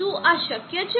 શું આ શક્ય છે